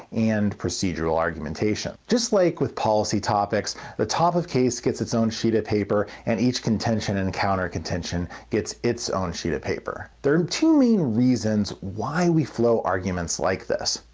and procedural argumentation. just like with policy topics the top of case gets its own sheet of paper and each contention and counter contention gets its own sheet of paper. there are two main reasons we flow arguments like this.